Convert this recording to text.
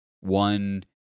One